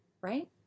right